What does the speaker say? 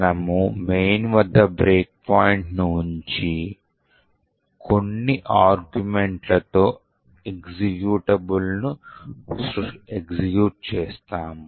మనము main వద్ద బ్రేక్పాయింట్ను ఉంచి కొన్నిఆర్గ్యుమెంట్ లతో ఎక్జిక్యూటబుల్ను ఎగ్జిక్యూట్ చేస్తాము